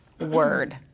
Word